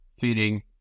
feeding